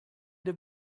have